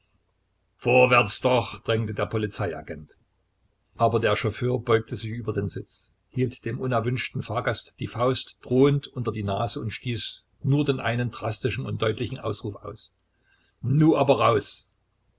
vorwärts doch drängte der polizeiagent aber der chauffeur beugte sich über den sitz hielt dem unerwünschten fahrgast die faust drohend unter die nase und stieß nur den einen drastischen und deutlichen ausruf aus nu aber raus